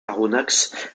aronnax